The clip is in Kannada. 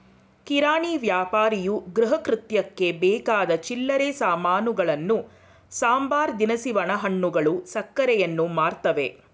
ಕಿರಾಣಿ ವ್ಯಾಪಾರಿಯು ಗೃಹಕೃತ್ಯಕ್ಕೆ ಬೇಕಾದ ಚಿಲ್ಲರೆ ಸಾಮಾನುಗಳನ್ನು ಸಂಬಾರ ದಿನಸಿ ಒಣಹಣ್ಣುಗಳು ಸಕ್ಕರೆಯನ್ನು ಮಾರ್ತವೆ